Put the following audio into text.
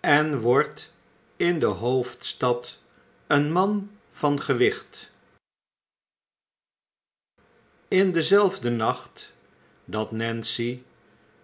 en wordt in de hoofdstad een man van gewicht in denzelfden nacht dat nancy